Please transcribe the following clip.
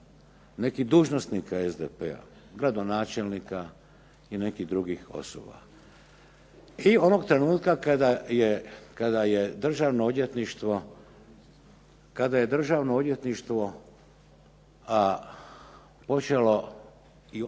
nekih dužnosnika SDP-a, gradonačelnika i nekih drugih osoba. I onoga trenutka kada je državno odvjetništvo počelo, utvrdilo,